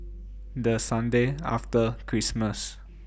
The Sunday after Christmas